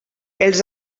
els